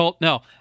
No